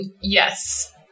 yes